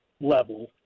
level